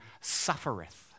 suffereth